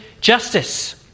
justice